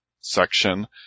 section